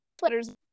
Sweaters